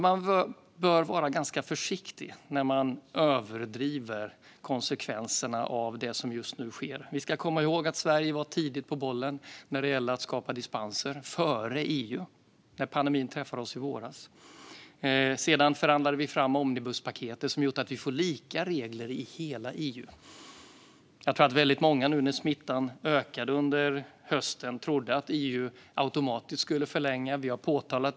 Man bör vara ganska försiktig med att överdriva det som just nu sker. Sverige var tidigt på bollen med dispenser, före EU, när pandemin drabbade oss i våras. Därefter förhandlade vi fram omnibuspaketet, som har gjort att vi har lika regler i hela EU. När smittan ökade under hösten trodde nog många att EU automatiskt skulle förlänga detta.